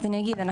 שמי תאיר.